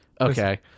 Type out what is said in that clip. Okay